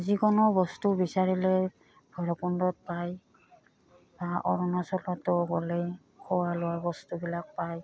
যিকোনো বস্তু বিচাৰিলে ভৈৰৱকুণ্ডত পায় বা অৰুণাচলতো গ'লে খোৱা লোৱা বস্তুবিলাক পায়